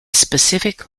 specific